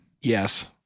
Yes